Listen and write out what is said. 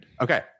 Okay